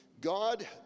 God